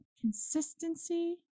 Consistency